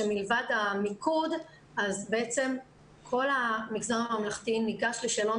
שמלבד המיקוד בעצם כל המגזר הממלכתי ניגש לשאלון